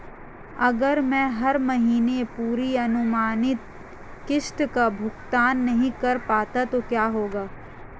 अगर मैं हर महीने पूरी अनुमानित किश्त का भुगतान नहीं कर पाता तो क्या होगा?